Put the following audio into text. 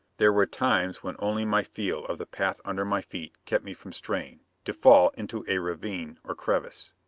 there were times when only my feel of the path under my feet kept me from straying, to fall into a ravine or crevice.